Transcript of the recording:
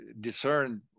discern